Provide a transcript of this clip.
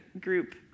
group